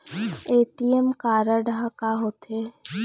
ATM card हा का होते?